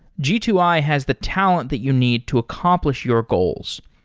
g two i has the talent that you need to accomplish your goals.